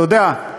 אתה יודע,